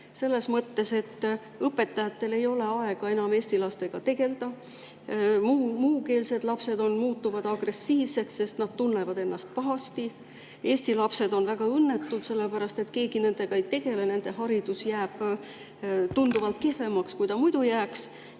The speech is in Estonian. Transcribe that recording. selles mõttes, et õpetajatel ei ole aega enam eesti lastega tegeleda. Muukeelsed lapsed muutuvad agressiivseks, sest nad tunnevad ennast pahasti. Eesti lapsed on väga õnnetud sellepärast, et keegi nendega ei tegele, nende haridus jääb tunduvalt kehvemaks, kui ta muidu võiks